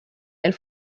and